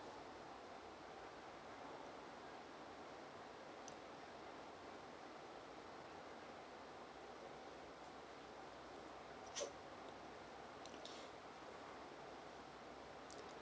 okay